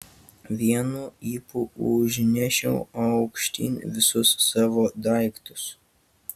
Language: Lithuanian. vienu ypu užnešiau aukštyn visus savo daiktus